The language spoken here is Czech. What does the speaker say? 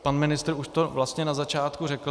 Pan ministr to už vlastně na začátku řekl.